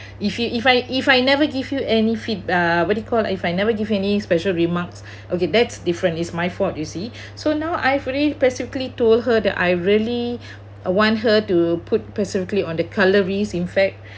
if you if I if I never give you any feed uh what you call if I never give any special remarks okay that's different it's my fault you see so now I've already specifically told her that I really want her to put specifically on the cutleries in fact